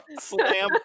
Slam